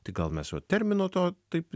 tai gal mes jo termino to taip